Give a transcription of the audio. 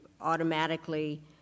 automatically